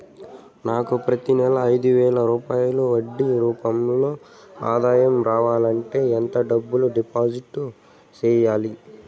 నాకు ప్రతి నెల ఐదు వేల రూపాయలు వడ్డీ రూపం లో ఆదాయం రావాలంటే ఎంత డబ్బులు డిపాజిట్లు సెయ్యాలి?